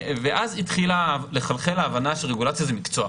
ואז התחילה לחלחל ההבנה שרגולציה זה מקצוע.